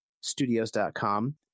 Studios.com